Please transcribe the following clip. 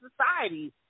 society